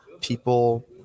people